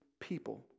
people